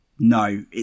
No